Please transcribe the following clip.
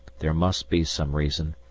there must be some reason,